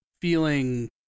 feeling